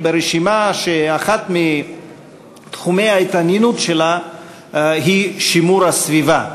ברשימה שאחד מתחומי התעניינותה הוא שימור הסביבה.